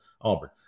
Auburn